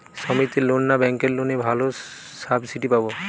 সমিতির লোন না ব্যাঙ্কের লোনে ভালো সাবসিডি পাব?